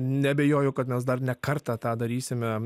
neabejoju kad mes dar ne kartą tą darysime